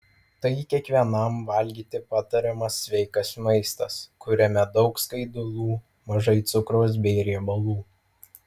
tai kiekvienam valgyti patariamas sveikas maistas kuriame daug skaidulų mažai cukraus bei riebalų